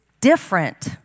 different